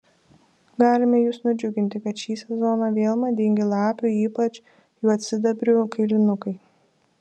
galime jus nudžiuginti kad šį sezoną vėl madingi lapių ypač juodsidabrių kailinukai